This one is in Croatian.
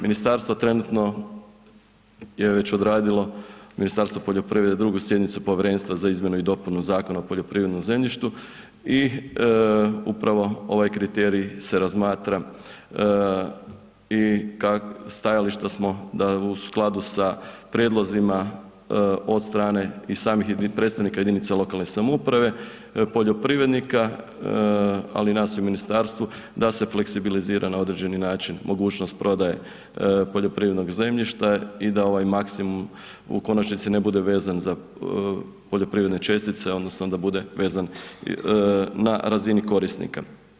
Ministarstvo trenutno je već odradilo, Ministarstvo poljoprivrede drugu sjednicu Povjerenstva za izmjenu i dopunu Zakona o poljoprivrednom zemljištu i upravo ovaj kriterij se razmatra i stajališta smo da u skladu sa prijedlozima od strane i samih predstavnika jedinica lokalne samouprave, poljoprivrednika, ali i nas u ministarstvu, da se fleksibilizira na određeni način mogućnost prodaje poljoprivrednog zemljišta i da ovaj maksimum i konačnici ne bude vezan za poljoprivredne čestice, odnosno da bude vezan na razini korisnika.